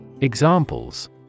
Examples